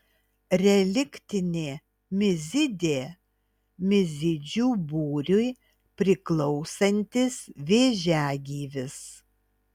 reliktinė mizidė mizidžių būriui priklausantis vėžiagyvis